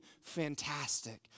fantastic